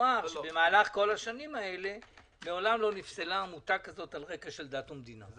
שבמהלך כל השנים האלה מעולם לא נפסלה עמותה כזאת על רקע של דת ומדינה,